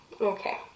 okay